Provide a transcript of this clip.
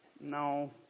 No